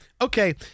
okay